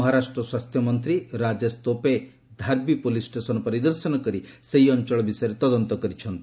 ମହାରାଷ୍ଟ୍ର ସ୍ୱାସ୍ଥ୍ୟମନ୍ତ୍ରୀ ରାଜେଶ ତୋପେ ଧାର୍ବି police station ପରିଦର୍ଶନ କରି ସେହି ଅଞ୍ଚଳ ବିଷୟରେ ତଦନ୍ତ କରିଛନ୍ତି